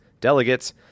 delegates